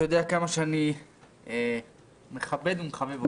אתה יודע כמה שאני מכבד ומחבב אותך.